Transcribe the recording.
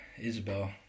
Isabel